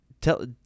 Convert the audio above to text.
tell